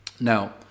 Now